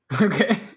Okay